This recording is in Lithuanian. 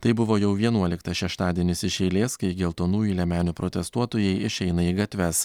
tai buvo jau vienuoliktas šeštadienis iš eilės kai geltonųjų liemenių protestuotojai išeina į gatves